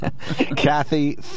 Kathy